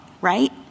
right